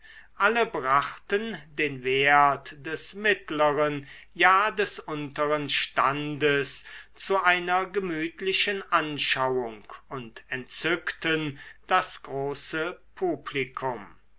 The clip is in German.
alle brachten den wert des mittleren ja des unteren standes zu einer gemütlichen anschauung und entzückten das große publikum